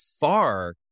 far